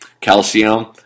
Calcium